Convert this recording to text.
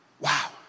Wow